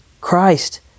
Christ